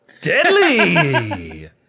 deadly